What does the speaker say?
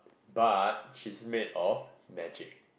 but she's made of magic